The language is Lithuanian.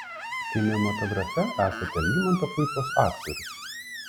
kinematografe esate algimanto puipos aktorius